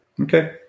Okay